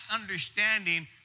understanding